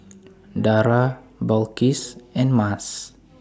Dara Balqis and Mas